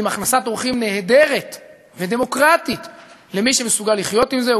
עם הכנסת אורחים נהדרת ודמוקרטית למי שמסוגל לחיות עם זה.